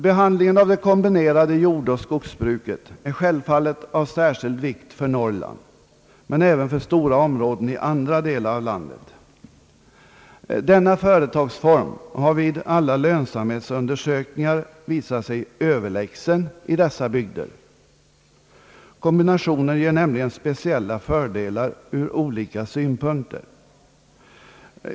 Behandlingen av det kombinerade jordoch skogsbruket är självfallet av särskild vikt för Norrland men även för stora områden i andra delar av landet, Denna företagsform har vid alla I&..samhetsundersökningar «visat sig överlägsen i dessa bygder. Kombinatio nen ger nämligen speciella fördelar ur olika synpunkter.